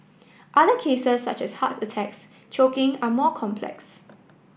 other cases such as heart attacks choking are more complex